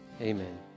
Amen